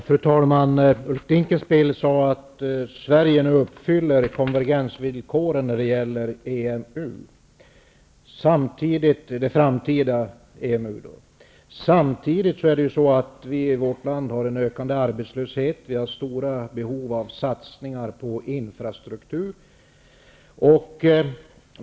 Fru talman! Statsrådet Dinkelspiel sade att Sverige nu uppfyller konvergensvillkoren när det gäller det framtida EMU. Samtidigt har vårt land ökande arbetslöshet och stora behov av satsningar på infrastruktur.